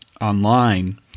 online